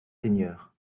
seigneurs